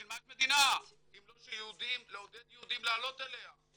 בשביל מה יש מדינה אם לא לעודד יהודים לעלות אליה?